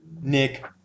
Nick